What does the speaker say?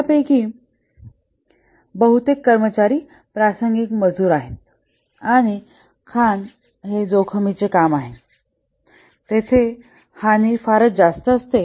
यापैकी बहुतेक कर्मचारी प्रासंगिक मजूर आहेत आणि खाण जोखमीचे काम आहे हानी फारच जास्त असते